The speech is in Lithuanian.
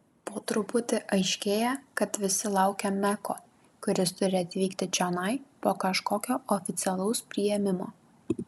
po truputį aiškėja kad visi laukia meko kuris turi atvykti čionai po kažkokio oficialaus priėmimo